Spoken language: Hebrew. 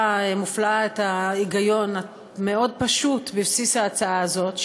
מופלאה את ההיגיון הפשוט מאוד בבסיס ההצעה הזאת,